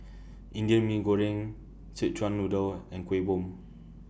Indian Mee Goreng Szechuan Noodle and Kueh Bom